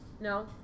No